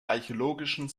archäologischen